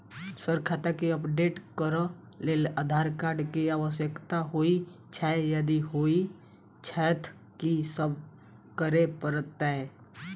Sir खाता केँ update करऽ लेल आधार कार्ड केँ आवश्यकता होइ छैय यदि होइ छैथ की सब करैपरतैय?